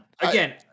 Again